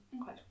Okay